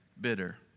bitter